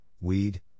weed